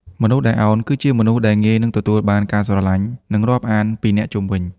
មនុស្សដែល «ឱន» គឺជាមនុស្សដែលងាយនឹងទទួលបានការស្រឡាញ់ និងរាប់អានពីអ្នកជុំវិញ។